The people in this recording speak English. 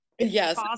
yes